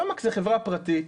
תומקס זו חברה פרטית,